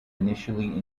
initially